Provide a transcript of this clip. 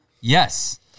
yes